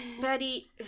Betty